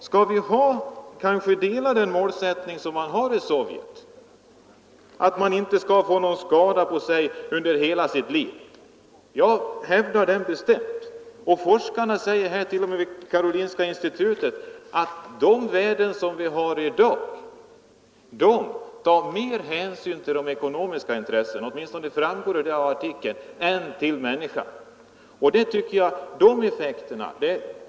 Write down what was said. Skall vi ha samma målsättning som Sovjet, nämligen att man inte skall få någon skada på sig under hela sitt liv? Jag hävdar det bestämt. Forskarna vid Karolinska institutet säger till och med att de värden som vi har i dag tar mera hänsyn till de ekonomiska intressena än till människan.